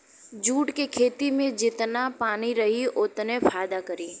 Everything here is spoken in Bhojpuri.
जूट के खेती में जेतना पानी रही ओतने फायदा करी